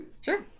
sure